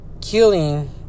Killing